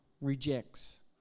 rejects